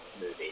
movie